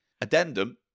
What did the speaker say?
Addendum